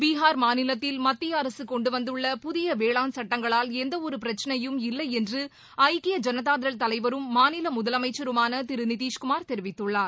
பீஹார் மாநிலத்தில் மத்தியஅரசு கொண்டுவந்துள்ள புதிய வேளாண் சட்டங்களால் எந்தவொரு பிரச்சினையும் இல்லையென்று ஐக்கிய ஜனதாதள் தலைவரும் மாநில முதலமைச்சருமான திரு நிதிஷ்குமார் தெரிவித்துள்ளார்